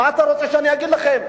מה אתה רוצה שאני אגיד לכם?